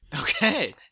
Okay